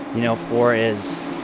know for is,